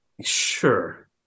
Sure